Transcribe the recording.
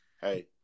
Hey